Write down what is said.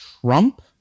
Trump